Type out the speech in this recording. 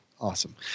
awesome